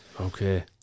Okay